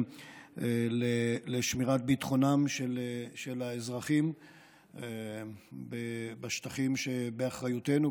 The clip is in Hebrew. לשמירת ביטחונם של האזרחים בשטחים שבאחריותנו,